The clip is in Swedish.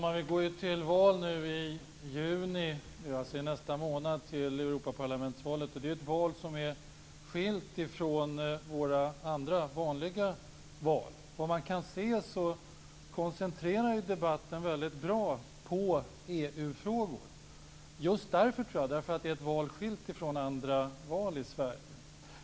Herr talman! I juni, alltså nästa månad, går vi till val i Europaparlamentsvalet. Det är ju ett val som är skilt från våra vanliga val. Vad man kan se koncentreras debatten väldigt bra på EU-frågor just därför att det är ett val skilt från andra val i Sverige, tror jag.